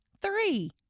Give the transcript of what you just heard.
three